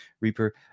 Reaper